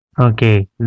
Okay